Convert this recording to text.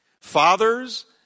fathers